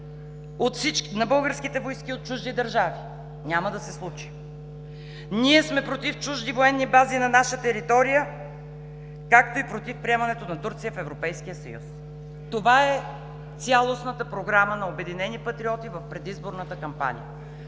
и българските войски от чужди държави. Няма да се случи. Ние сме против чужди военни бази на наша територия, както и против приемането на Турция в Европейския съюз. Това е цялостната програма на „Обединени патриоти“ в предизборната кампания